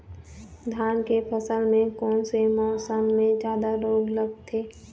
धान के फसल मे कोन से मौसम मे जादा रोग लगथे?